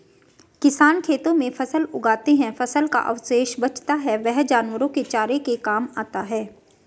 किसान खेतों में फसल उगाते है, फसल का अवशेष बचता है वह जानवरों के चारे के काम आता है